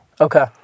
Okay